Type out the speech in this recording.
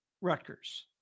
Rutgers